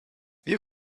you